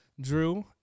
drew